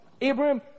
Abraham